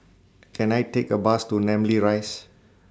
Can I Take A Bus to Namly Rise